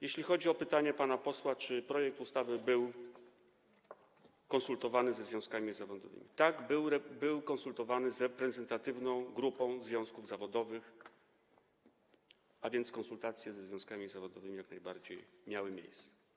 Jeśli chodzi o pytanie pana posła, czy projekt ustawy był konsultowany ze związkami zawodowymi, to tak, był konsultowany z reprezentatywną grupą związków zawodowych, a więc konsultacje ze związkami zawodowymi jak najbardziej miały miejsce.